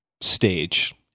stage